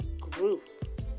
group